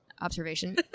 observation